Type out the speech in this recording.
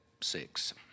six